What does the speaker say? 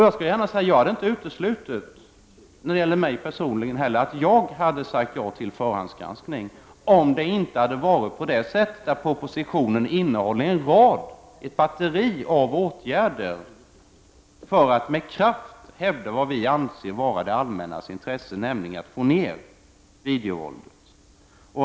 Jag skall gärna säga att det inte är uteslutet när det gäller mig personligen att jag hade sagt ja till förhandsgranskning om det inte hade varit så att propositionen innehåller ett batteri av åtgärder för att man med kraft kan hävda vad vi anser vara det allmännas intresse, nämligen att minska videovåldet.